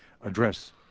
address